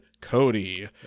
cody